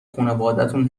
خونوادتون